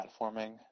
platforming